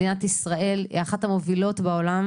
מדינת ישראל היא אחת המובילות בעולם